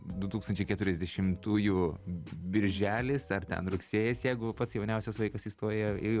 du tūkstančiai keturiasdešimtųjų birželis ar ten rugsėjis jeigu pats jauniausias vaikas įstoja į